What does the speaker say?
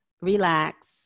relax